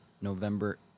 November